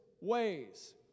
ways